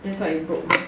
that's why it broke